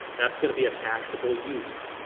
that's gonna be a taxable use